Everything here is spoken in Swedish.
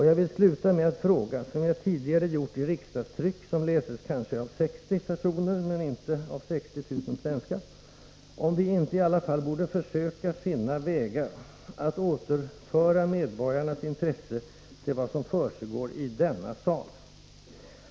Jag vill sluta med att fråga — som jag tidigare gjort i riksdagstryck, som läses kanske av 60 men inte av 60 000 svenskar — om vi inte i alla fall borde försöka finna vägar att återföra medborgarnas intresse till vad som försiggår i denna sal.